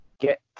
get